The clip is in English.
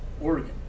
Oregon